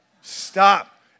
Stop